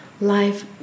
life